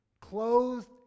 Clothed